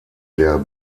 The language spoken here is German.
der